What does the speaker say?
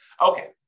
Okay